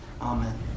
Amen